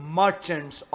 merchants